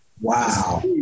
Wow